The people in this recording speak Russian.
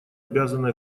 обязаны